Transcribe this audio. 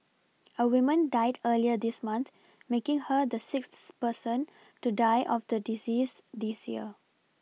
a women died earlier this month making her the sixth person to die of the disease this year